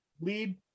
lead